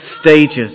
stages